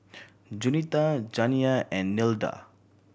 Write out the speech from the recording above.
Juanita Janiah and Nilda